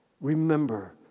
Remember